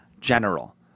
general